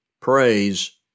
praise